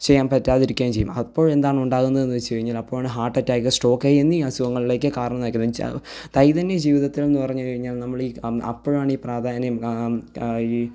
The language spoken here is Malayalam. ചെയ്യാന് പറ്റാതിരിക്കുകയും ചെയ്യും അപ്പോഴെന്താണ് ഉണ്ടാകുന്നതെന്ന് വെച്ച് കഴിഞ്ഞാൽ അപ്പൊഴാണ് ഹാർട്ട് അറ്റാക്ക് സ്ട്രോക്ക് എന്നീ അസുഖങ്ങളിലേക്ക് കാരണം നയിക്കുന്നതെന്ന് വെച്ചാൽ ദൈനം ദിന ജീവിതത്തിലെന്ന് പറഞ്ഞ് കഴിഞ്ഞാൽ നമ്മൾ ഈ അം അപ്പോഴാണ് ഈ പ്രാധാന്യം ഈ